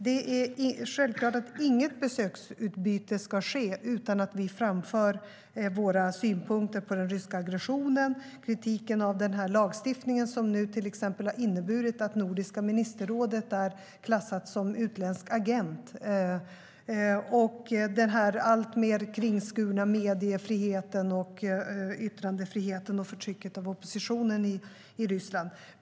Det är självklart att inget besöksutbyte ska ske utan att vi framför våra synpunkter på den ryska aggressionen, kritiken mot den lagstiftning som har inneburit att Nordiska ministerrådet är klassat som utländsk agent, den alltmer kringskurna mediefriheten och yttrandefriheten och förtrycket av oppositionen i Ryssland.